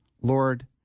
Lord